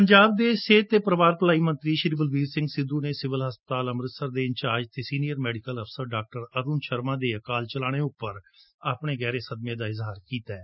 ਪੰਜਾਬ ਦੇ ਸਿਹਤ ਅਤੇ ਪਰਿਵਾਰ ਭਲਾਈ ਮੰਤਰੀ ਸ੍ਰੀ ਬਲਬੀਰ ਸਿੰਘ ਸਿੱਧੁ ਨੇ ਸਿਵਿਲ ਹਸਪਤਾਲ ਅੰਮ੍ਰਿਤਸਰ ਦੇ ਇੰਚਾਰਜ ਅਤੇ ਸੀਨੀਅਰ ਮੈਡੀਕਲ ਅਫਸਰ ਡਾਕਟਰ ਅਰੁਨ ਸ਼ਰਮਾ ਦੇ ਅਕਾਲ ਚਲਾਣੇ ਉਂਪਰ ਗਹਿਰੇ ਸਦਮੇ ਦਾ ਇਜ਼ਹਾਰ ਕੀਤੈ